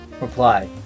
Reply